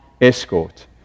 escort